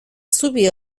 zubi